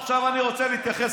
עכשיו אני רוצה להתייחס,